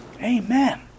Amen